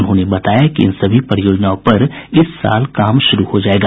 उन्होंने बताया कि इन सभी परियोजनाओं पर इस वर्ष से काम शुरू हो जायेगा